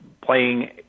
playing